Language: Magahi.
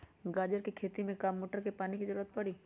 गाजर के खेती में का मोटर के पानी के ज़रूरत परी?